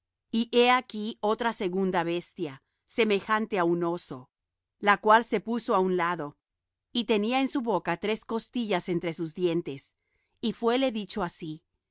y he aquí otra segunda bestia semejante á un oso la cual se puso al un lado y tenía en su boca tres costillas entre sus dientes y fuéle dicho así